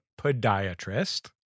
podiatrist